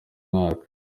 mwaka